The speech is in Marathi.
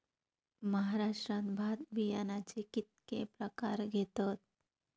महाराष्ट्रात भात बियाण्याचे कीतके प्रकार घेतत?